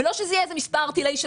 ולא שיהיה מספר ערטילאי,